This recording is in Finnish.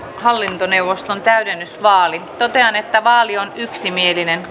hallintoneuvoston täydennysvaali totean että vaali on yksimielinen